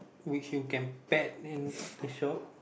which you can bet in the shop